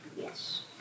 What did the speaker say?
Yes